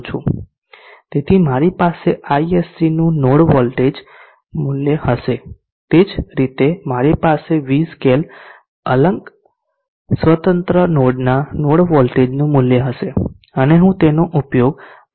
તેથી મારી પાસે ISCનું નોડ વોલ્ટેજ મૂલ્ય હશે તે જ રીતે મારી પાસે v સ્કેલ અલગ સ્વતંત્ર નોડના નોડ વોલ્ટેજનું મૂલ્ય હશે અને હું તેનો ઉપયોગ આ મોડેલમાં પછીથી કરીશ